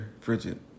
frigid